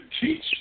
teach